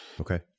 Okay